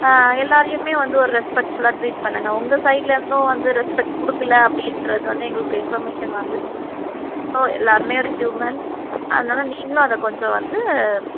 எல்லாேரையுமே வந்து ஒரு ரெஸ்பெக்ட்ஃபுல்லாக ட்ரீட் பண்ணுங்க உங்கள் சைட்டிலேருந்தும் வந்து ரெஸ்பெக்ட் கொடுக்கல அப்படின்றது வந்து எங்களுக்கு இன்ஃபர்மேஷன் வந்துச்சு ஸோ எல்லாேருமே ஒரு ஹியூமன் அதனால் நீங்களும் அதை கொஞ்சம் வந்து